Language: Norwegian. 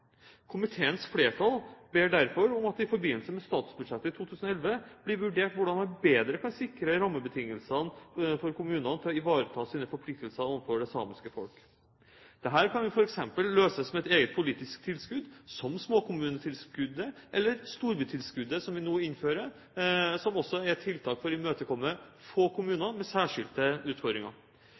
Komiteens flertall ber derfor om at det i forbindelse med statsbudsjettet for 2011 blir vurdert hvordan man bedre kan sikre rammebetingelsene for kommunene for å ivareta sine forpliktelser overfor det samiske folk. Dette kan f.eks. løses med et eget politisk tilskudd som småkommunetilskuddet, eller storbytilskuddet som vi nå innfører, som også er tiltak for å imøtekomme få kommuner med særskilte utfordringer.